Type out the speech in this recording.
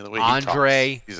Andre